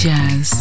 Jazz